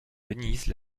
venise